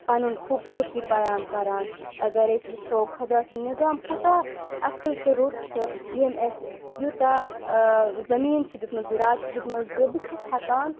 پَنُن خوٗبصوٗرتی بیان کَران اگر أسۍ وٕچھو خۄدا سُنٛد نِظام کوٗتاہ اَصٕل تہٕ رُت چھُ ییٚمۍ اَسہِ یوٗتاہ زٔمیٖن چھُ دِیُتمُت زِرات چھُ دِیُتمُت زِ بہٕ چھَس ہؠکان